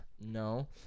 no